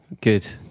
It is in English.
good